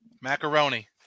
Macaroni